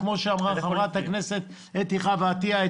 כמו שאמרה חברת הכנסת אתי חוה עטייה,